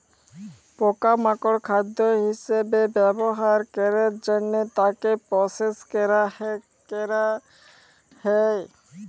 পকা মাকড় খাদ্য হিসবে ব্যবহার ক্যরের জনহে তাকে প্রসেস ক্যরা হ্যয়ে হয়